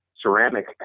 ceramic